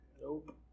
Nope